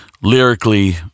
lyrically